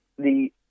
-the